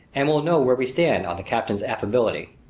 and we'll know where we stand on the captain's affability.